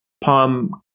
Palm